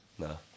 No